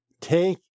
take